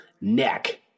neck